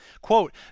quote